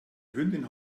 hündin